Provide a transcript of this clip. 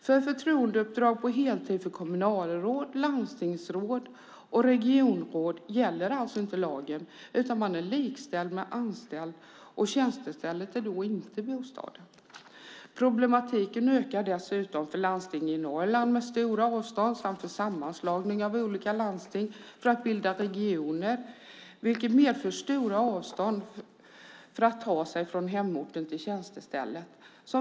För förtroendeuppdrag på heltid för kommunalråd, landstingsråd och regionråd gäller inte lagen, utan man är likställd med anställd. Tjänstestället är då inte bostaden. Problematiken ökar dessutom för landsting i Norrland med stora avstånd samt vid sammanslagning av olika landsting för att bilda regioner. Det medför stora avstånd för att ta sig från hemorten till tjänstestället.